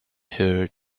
her